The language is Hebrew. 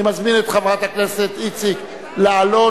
אני מזמין את חברת הכנסת איציק לעלות